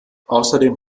außerdem